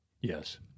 Yes